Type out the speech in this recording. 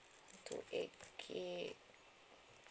one two eight gig